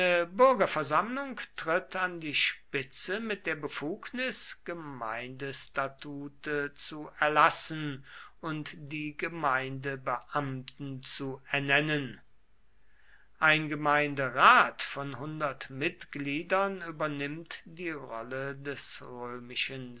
bürgerversammlung tritt an die spitze mit der befugnis gemeindestatute zu erlassen und die gemeindebeamten zu ernennen ein gemeinderat von hundert mitgliedern übernimmt die rolle des